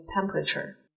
temperature